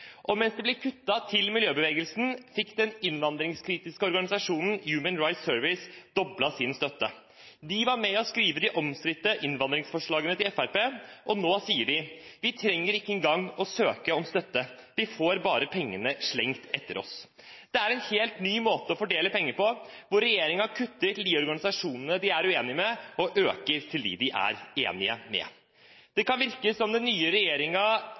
Og mens det ble kuttet til miljøbevegelsen, fikk den innvandringskritiske organisasjonen Human Rights Service doblet sin støtte. De var med å skrive de omstridte innvandringsforslagene til Fremskrittspartiet, og nå sier de: Vi trenger ikke en gang å søke om støtte, vi får bare pengene slengt etter oss. Det er en helt ny måte å fordele penger på, hvor regjeringen kutter til de organisasjonene de er uenig med, og øker til dem de er enig med. Det kan virke som om den nye